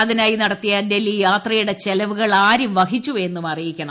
അതിനായി നടത്തിയ ഡൽഹി യാത്രയുടെ ചെലവുകൾ ആര് വഹിച്ചു എന്നും അറിയിക്കണം